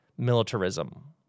militarism